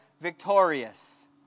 victorious